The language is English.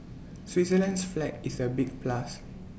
Switzerland's flag is A big plus